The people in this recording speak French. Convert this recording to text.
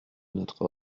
notre